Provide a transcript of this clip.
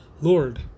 Lord